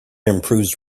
improves